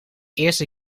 eerste